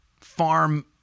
farm